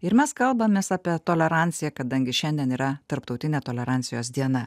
ir mes kalbamės apie toleranciją kadangi šiandien yra tarptautinė tolerancijos diena